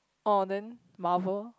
oh then Marvel